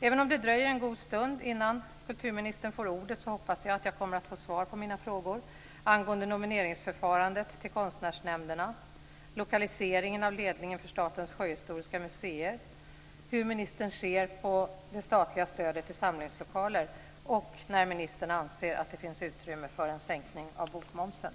Även om det dröjer en god stund innan kulturministern får ordet, hoppas jag att jag kommer att få svar på mina frågor angående nomineringsförfarandet till konstnärsnämnderna, lokaliseringen av ledningen för Statens sjöhistoriska museer, hur ministern ser på det statliga stödet till samlingslokaler och när ministern anser att det finns utrymme för en sänkning av bokmomsen.